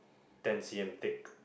ten C M thick